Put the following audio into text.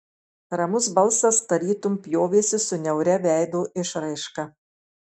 ramus balsas tarytum pjovėsi su niauria veido išraiška